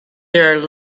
their